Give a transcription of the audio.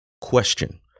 Question